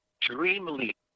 dreamily